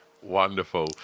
Wonderful